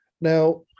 Now